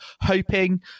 hoping